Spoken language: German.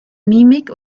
mimik